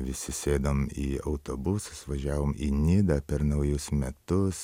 visi sėdom į autobusus važiavom į nidą per naujus metus